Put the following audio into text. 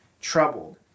troubled